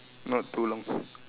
not too long